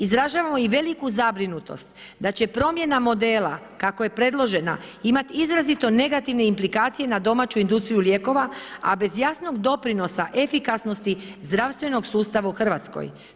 Izražavamo i veliku zabrinutost da će promjena modela kako je predložena imati izrazito negativne implikacije na domaću industriju lijekova, a bez jasnog doprinosa efikasnosti zdravstvenog susta u Hrvatskoj.